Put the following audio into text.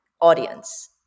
audience